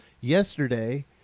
yesterday